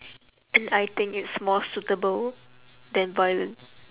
and I think it's more suitable than violin